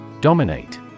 Dominate